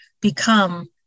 become